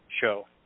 show